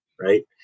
right